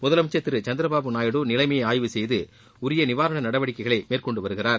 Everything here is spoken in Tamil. முதலமைச்சர் திரு சந்திரபாபு நாயுடு நிலைமையை ஆய்வு செய்து உரிய நிவாரண நடவடிக்கைகளை மேற்கொண்டுவருகிறார்